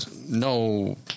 no